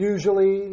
Usually